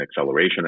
acceleration